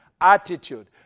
attitude